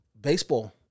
baseball